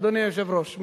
אדוני היושב-ראש,